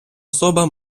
особа